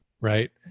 Right